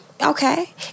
okay